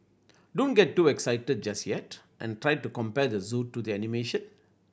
don't get too excited just yet and try to compare the zoo to the animation